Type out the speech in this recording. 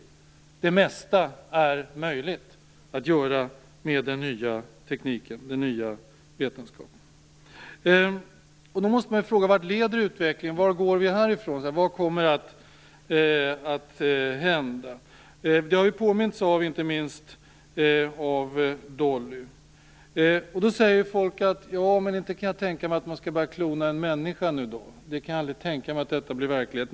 Det mesta är möjligt att göra med den nya tekniken och den nya vetenskapen. Vart leder då utvecklingen? Vart går vi härifrån? Vad kommer att hända? Sådant har vi blivit påminda om inte minst genom Dolly. Folk säger sig inte kunna tänka sig att man skall börja klona en människa. Det kan man inte tänka sig blir verklighet.